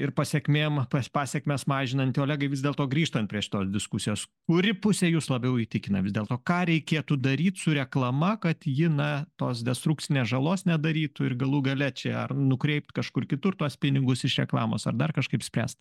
ir pasekmėm pa pasekmes mažinanti olegai vis dėlto grįžtant prie šitos diskusijos kuri pusė jus labiau įtikina vis dėlto ką reikėtų daryt su reklama kad ji na tos destrukcinės žalos nedarytų ir galų gale čia ar nukreipt kažkur kitur tuos pinigus iš reklamos ar dar kažkaip spręst